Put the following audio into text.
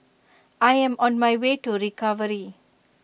I am on my way to recovery